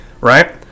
right